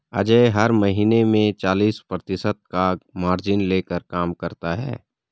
अजय हर महीने में चालीस प्रतिशत का मार्जिन लेकर काम करता है